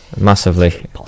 Massively